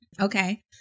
Okay